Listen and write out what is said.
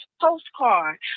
postcard